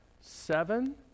seven